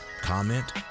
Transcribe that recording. comment